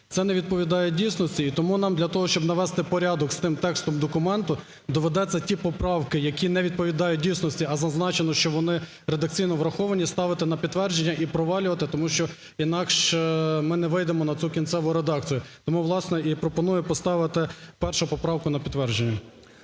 Це не відповідає дійсності, і тому нам для того, щоб навести порядок з тим текстом документу, доведеться ті поправки, які не відповідають дійсності, а зазначено, що вони редакційно враховані, ставити на підтвердження і провалювати, тому що інакше ми не вийдемо на цю кінцеву редакцію. Тому, власне, і пропоную поставити 1 поправку на підтвердження.